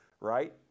Right